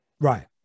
right